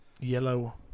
yellow